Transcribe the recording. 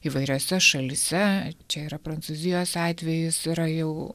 įvairiose šalyse čia yra prancūzijos atvejis yra jau